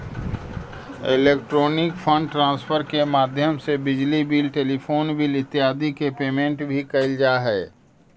electronic fund transfer के माध्यम से बिजली बिल टेलीफोन बिल इत्यादि के पेमेंट भी कैल जा हइ